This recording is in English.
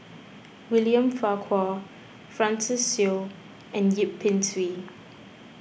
William Farquhar Francis Seow and Yip Pin Xiu